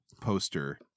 poster